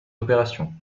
opération